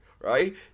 right